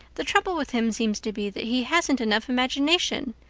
the trouble with him seems to be that he hasn't enough imagination.